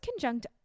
conjunct